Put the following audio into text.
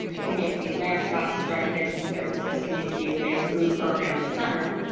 community land trust, drug addiction services, community based group programs, et cetera.